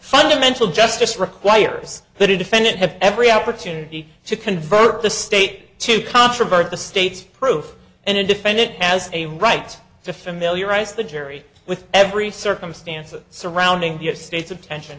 fundamental justice requires that a defendant have every opportunity to convert the state to controvert the state's proof and a defendant has a right to familiarize the jury with every circumstances surrounding the state's attention